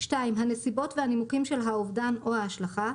הנסיבות והנימוקים של האובדן או ההשלכה,